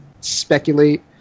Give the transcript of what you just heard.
speculate